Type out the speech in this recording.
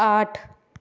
आठ